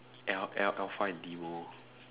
L L alpha and D vow